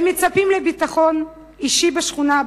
הם מצפים לביטחון אישי בשכונה,